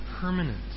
permanent